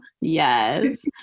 Yes